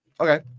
Okay